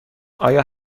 آیا